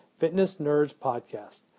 fitnessnerdspodcast